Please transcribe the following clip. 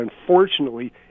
unfortunately